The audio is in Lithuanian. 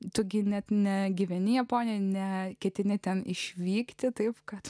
tu gi net ne gyveni japonijoje ne ketini ten išvykti taip kad